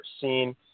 seen